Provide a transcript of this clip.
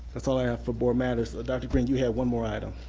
that's all i have for board matters. dr. green, you have one more item.